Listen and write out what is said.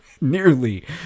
nearly